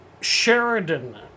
Sheridan